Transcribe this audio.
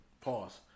Pause